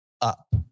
up